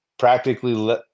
practically